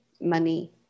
money